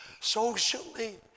socially